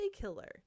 killer